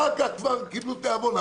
אחר כך כבר קיבלו תיאבון.